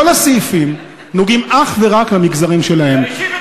כל הסעיפים נוגעים אך ורק למגזרים שלהם,